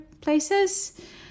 places